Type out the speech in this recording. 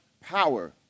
power